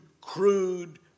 crude